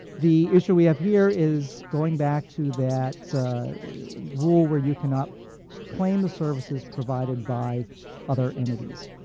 the issue we have here is going back to that rule where you cannot claim the services provided by other entities.